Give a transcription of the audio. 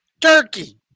Turkey